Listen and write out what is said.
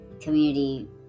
community